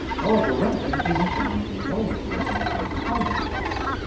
however, renting isn't john and jane's only choice when it comes to housing costs.